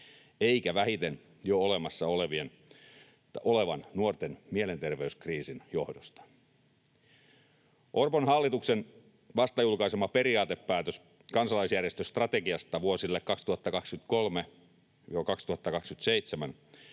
eikä vähiten jo olemassa olevan nuorten mielenterveyskriisin johdosta. Orpon hallituksen vasta julkaisema periaatepäätös kansalaisjärjestöstrategiasta vuosille 2023—2027